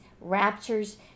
raptures